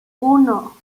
uno